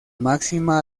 máxima